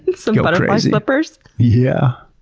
some butterfly slippers? yeah.